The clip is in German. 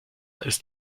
ist